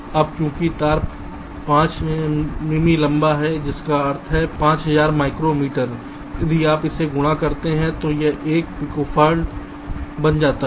अब क्योंकि तार 5 मिमी लंबा है जिसका अर्थ है 5000 माइक्रोमीटर यदि आप इसे गुणा करते हैं तो यह 1 पिकोफर्ड बन जाता है